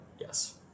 Yes